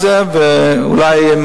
אני לא יודע לענות לך על זה,